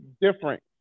different